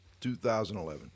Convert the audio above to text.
2011